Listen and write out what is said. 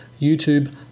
YouTube